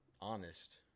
honest